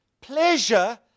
pleasure